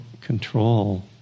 control